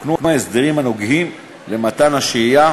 תוקנו ההסדרים הנוגעים למתקן השהייה